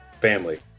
family